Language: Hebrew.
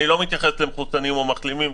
אני לא מתייחס למחוסנים או מחלימים,